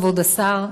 כבוד השר,